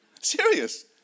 Serious